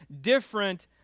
different